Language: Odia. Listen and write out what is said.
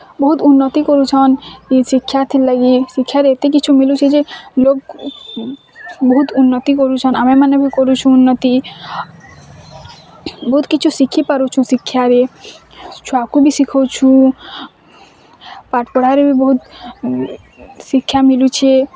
ବହୁତ୍ ଉର୍ଣ୍ଣତ୍ତି କରୁଛନ୍ ଶିକ୍ଷାର୍ଥୀ ଲାଗି ଶିକ୍ଷାରେ ଏତେ କିଛୁ ମିଲୁଚି ଯେ ଲୋକ୍ ବହୁତ୍ ଉର୍ଣ୍ଣତ୍ତି କରୁଛନ୍ ଆମେମାନେ ବି କରୁଛୁଁ ଉର୍ଣ୍ଣତ୍ତି ବହୁତ୍ କିଛୁ ଶିଖି ପାରୁଛୁ ଶିକ୍ଷାରେ ଛୁଆକୁ ବି ଶିଖଉଛୁ ପାଠ୍ ପଢାରେ ବି ବହୁତ୍ ଶିକ୍ଷା ମିଲୁଛି